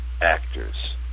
actors